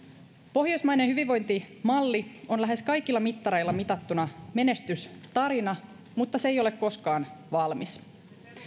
pohjoismainen hyvinvointimalli on lähes kaikilla mittareilla mitattuna menestystarina mutta se ei ole koskaan valmis